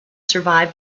survived